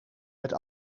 met